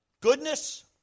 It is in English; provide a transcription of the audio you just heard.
goodness